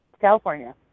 California